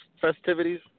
festivities